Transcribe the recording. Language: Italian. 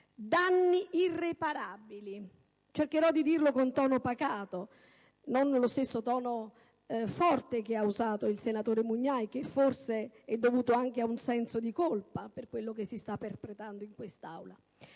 danni irreparabili! Cercherò di dirlo con tono pacato, non lo stesso tono forte che ha usato lei, probabilmente dovuto anche ad un senso di colpa per ciò che si sta perpetrando in quest'Aula.